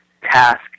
task